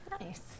nice